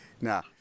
now